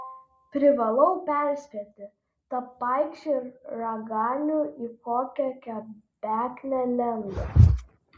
privalau perspėti tą paikšį raganių į kokią kebeknę lenda